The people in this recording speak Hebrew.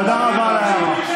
תודה רבה על ההערה.